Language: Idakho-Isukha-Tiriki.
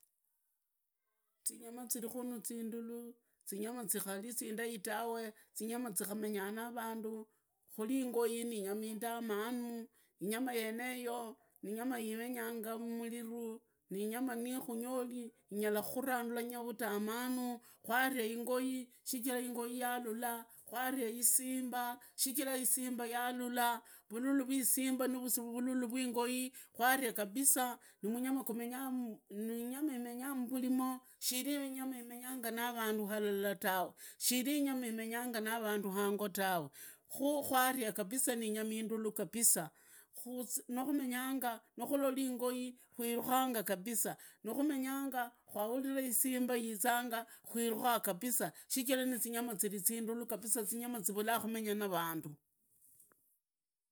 Zinyama zirikunu zindulu, zinyama zikari zindai tawe, zinyamazikamenya randu, kuri ingoi ii ni inyama indamana, inyama yeneyo ninyama imenyanga mumuritu, ni inyama ikungori ingarakukurandulanga vutamanu kwaria ingo, shichira ingoi yalulaa, kwaria isimba shichiraa isimba yalulaa, yalulaa, vululu vwi isimba nivululu vwi ingo kwaria kabisa. Munyama gumenya mbulimo shiri munyama imenyanga na randu halala tawe, shiri inyama imenyanga na randu hango tawe, khu kwaria kabisa niingama indulu kabisa, nakunyanga nukuloli ingoi kwirakanga kabisa, nakumenya kwahurira isimba yizaanga kwirukaanga kabisa, shichira nizinyama ziri zindulu kabisa, zinyama zivulaa kumenya na randu.